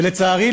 ולצערי,